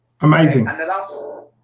amazing